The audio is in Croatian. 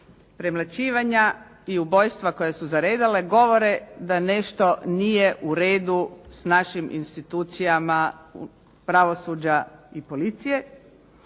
Premlaćivanja i ubojstva koja su zaredala govore da nešto nije u redu s našim institucijama pravosuđa i policije,